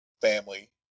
family